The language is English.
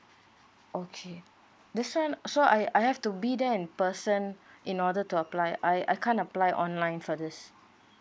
okay this one so I I have to be there in person in order to apply I I can't apply online for this